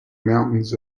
mountains